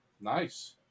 nice